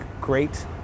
great